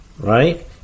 right